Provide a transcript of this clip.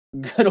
good